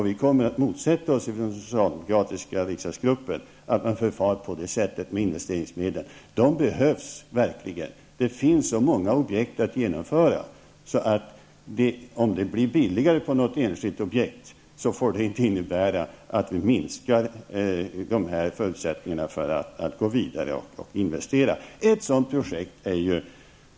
Jag vill på det bestämdaste avråda från detta. Vi i den socialdemokratiska riksdagsgruppen kommer att motsätta oss ett sådant förfarande med investeringsmedel. Investeringsmedlen behövs verkligen, för det finns så många objekt att genomföra. Om något enskilt objekt blir billigare, får detta inte innebära att förutsättningarna för att gå vidare och investera minskar.